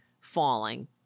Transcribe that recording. falling